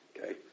okay